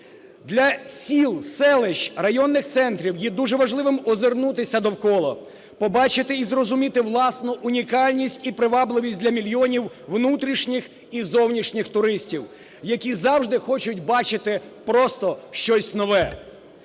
Для сіл, селищ, районних центрів є дуже важливим озирнутися довкола, побачити і зрозуміти власну унікальність і привабливість для мільйонів внутрішніх і зовнішніх туристів, які завжди хочуть бачити просто щось нове.